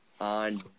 on